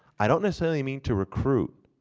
i don't necessarily mean to recruit,